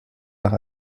nach